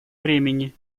времени